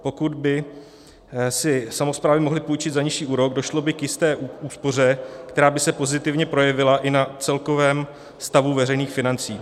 Pokud by si samosprávy mohly půjčit za nižší úrok, došlo by k jisté úspoře, která by se pozitivně projevila i na celkovém stavu veřejných financí.